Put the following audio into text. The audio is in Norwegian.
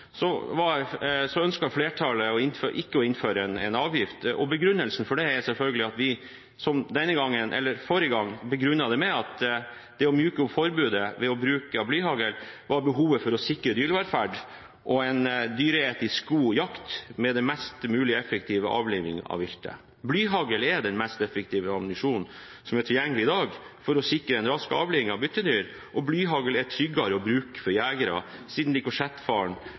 flertallet å innføre en avgift. Begrunnelsen for å myke opp forbudet mot bruk av blyhagl forrige gang var selvfølgelig behovet for å sikre dyrevelferd og en dyreetisk god jakt, med den mest mulig effektive avlivningen av viltet. Blyhagl er den mest effektive ammunisjonen som er tilgjengelig i dag for å sikre en rask avlivning av byttedyr, og blyhagl er tryggere å bruke for jegere siden